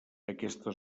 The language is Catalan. aquesta